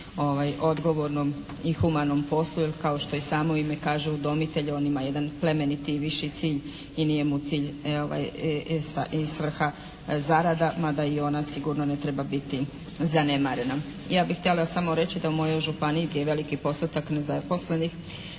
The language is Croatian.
odgovornom i humanom poslu. Jer kao što i samo ime kaže udomitelj on ima jedan plemeniti i viši cilj i nije mu cilj i svrha zarada, mada i ona sigurno ne treba biti zanemarena. Ja bih htjela samo reći da u mojoj županiji gdje je veliki postotak nezaposlenih